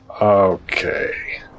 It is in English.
Okay